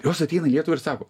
jos ateina į lietuvą ir sako